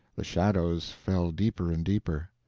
the shadows fell deeper and deeper.